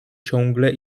ciągle